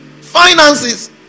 Finances